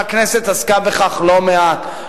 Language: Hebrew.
והכנסת עסקה בכך לא מעט,